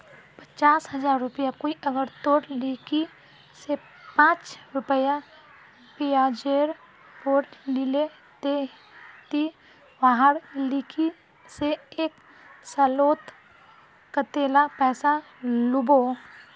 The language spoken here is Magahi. पचास हजार रुपया कोई अगर तोर लिकी से पाँच रुपया ब्याजेर पोर लीले ते ती वहार लिकी से एक सालोत कतेला पैसा लुबो?